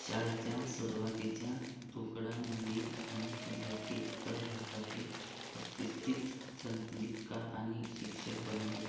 शाळेच्या सुरुवातीच्या तुकड्यांमधील अनेक विद्यार्थी उत्तर भारतातील प्रतिष्ठित संगीतकार आणि शिक्षक बनले